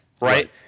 Right